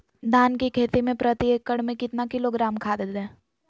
धान की खेती में प्रति एकड़ में कितना किलोग्राम खाद दे?